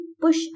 push